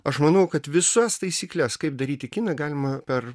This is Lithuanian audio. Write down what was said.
aš manau kad visas taisykles kaip daryti kiną galima per